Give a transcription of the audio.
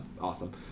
awesome